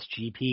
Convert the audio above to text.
SGP